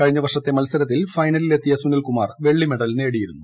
കഴിഞ്ഞ വർഷത്തെ മത്സരത്തിൽ ഫൈനലിൽ എത്തിയ സുനിൽ കുമാർ വെള്ളി മെഡൽ നേടിയിരുന്നു